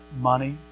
money